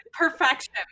perfection